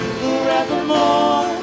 forevermore